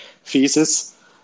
thesis